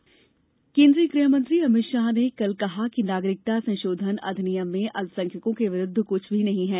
अमित शाह केन्द्रीय गृह मंत्री अमित शाह ने कल कहा कि नागरिकता संशोधन अधिनियम में अल्प संख्यकों के विरूद्व कृष्ठ भी नहीं है